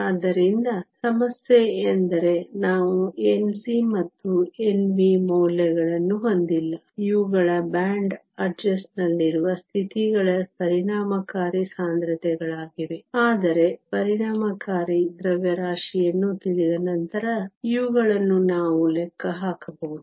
ಆದ್ದರಿಂದ ಸಮಸ್ಯೆ ಎಂದರೆ ನಾವು Nc ಮತ್ತು Nv ಮೌಲ್ಯಗಳನ್ನು ಹೊಂದಿಲ್ಲ ಇವುಗಳು ಬ್ಯಾಂಡ್ ಅಡ್ಜಸ್ಟ್ನಲ್ಲಿರುವ ಸ್ಥಿತಿಗಳ ಪರಿಣಾಮಕಾರಿ ಸಾಂದ್ರತೆಗಳಾಗಿವೆ ಆದರೆ ಪರಿಣಾಮಕಾರಿ ದ್ರವ್ಯರಾಶಿಯನ್ನು ತಿಳಿದ ನಂತರ ಇವುಗಳನ್ನು ನಾವು ಲೆಕ್ಕ ಹಾಕಬಹುದು